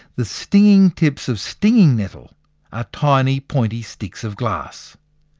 the stinging tips of stinging nettle are tiny pointy sticks of glass.